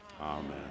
Amen